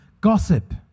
gossip